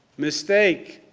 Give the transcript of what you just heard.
mistake.